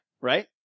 right